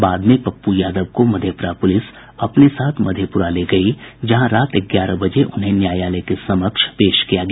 बाद में पप्पू यादव को मधेपुरा पुलिस अपने साथ मधेपुरा ले गयी जहां रात ग्यारह बजे उन्हें न्यायालय के समक्ष पेश किया गया